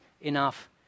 enough